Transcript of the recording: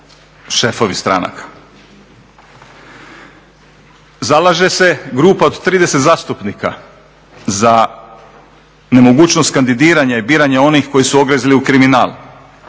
šefovi stranaka. Zalaže se grupa od 30 zastupnika za nemogućnost kandidiranja i biranja onih koji su ogrezli u kriminal.